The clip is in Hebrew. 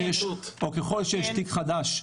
או ככל שיש תיק חדש,